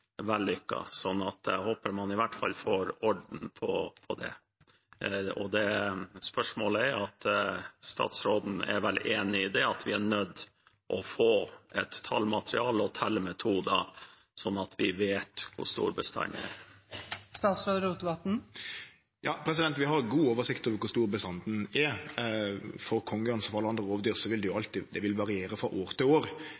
jeg håper man i hvert fall får orden på det. Og spørsmålet er: Statsråden er vel enig i at vi er nødt til å få et tallmateriale og tellemetoder, slik at vi vet hvor stor bestanden er? Vi har god oversikt over kor stor bestanden er. For kongeørn som for alle andre rovdyr, vil det variere frå år